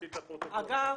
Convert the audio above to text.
אגב,